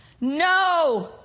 No